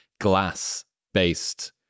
glass-based